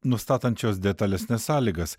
nustatančios detalesnes sąlygas